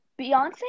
Beyonce